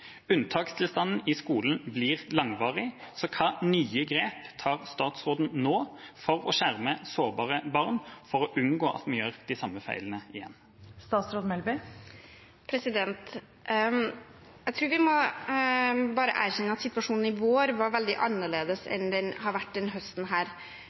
Unntakstilstanden i skolen blir langvarig, så hvilke nye grep tar statsråden nå for å skjerme sårbare barn for å unngå at vi gjør de samme feilene igjen? Jeg tror vi bare må erkjenne at situasjonen i vår var veldig annerledes